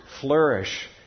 flourish